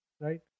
Right